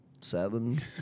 seven